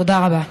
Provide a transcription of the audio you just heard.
תודה רבה.